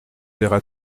verra